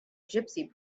gypsy